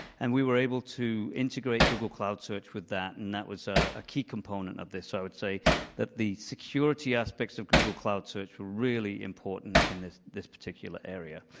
and we were able to integrate google cloud search with that. and that was a key component of this. so i would say that the security aspects of google cloud search were really important in this this particular area.